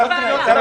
אין בעיה.